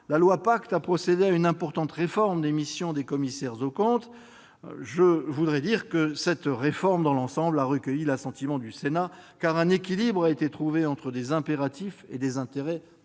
loi a procédé à une importante réforme des missions des commissaires aux comptes. Dans l'ensemble, cette réforme a recueilli l'assentiment du Sénat, car un équilibre a été trouvé entre des impératifs et des intérêts partiellement